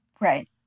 right